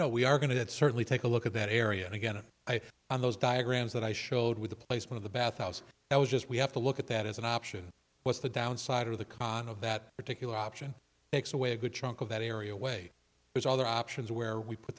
now we are going to certainly take a look at that area and again on those diagrams that i showed with the placement of the bathhouse that was just we have to look at that as an option what's the downside of the con of that particular option takes away a good chunk of that area way there's other options where we put